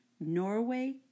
Norway